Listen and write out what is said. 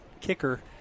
kicker